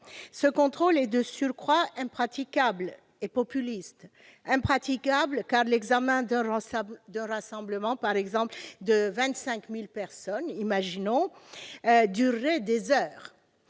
Ce contrôle est de surcroît impraticable et populiste : impraticable, car l'examen d'un rassemblement de 25 000 personnes, par exemple, durerait des heures